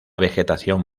vegetación